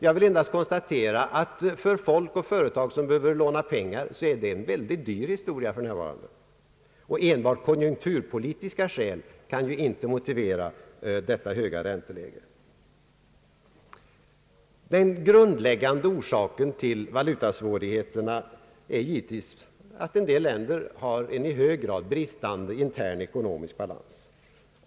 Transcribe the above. Jag vill endast konstatera att det ställer sig dyrt för folk och företag som vill låna pengar för närvarande. Enbart konjunkturpolitiska skäl kan ju inte motivera det höga ränteläget. Den grundläggande orsaken till valutasvårigheterna är givetvis att en del länder har en i hög grad bristande intern ekonomisk balans.